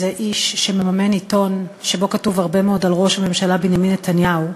כזה איש שמממן עיתון שבו כתוב הרבה מאוד על ראש הממשלה בנימין נתניהו.